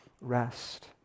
rest